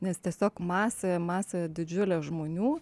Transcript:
nes tiesiog masė masė didžiulė žmonių